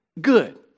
good